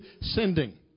sending